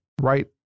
right